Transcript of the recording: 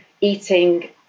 eating